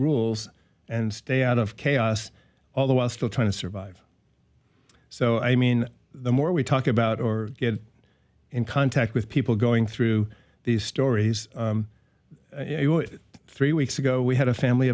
rules and stay out of chaos all the while still trying to survive so i mean the more we talk about or get in contact with people going through these stories three weeks ago we had a family